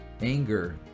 anger